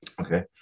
Okay